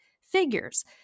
figures